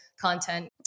content